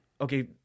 okay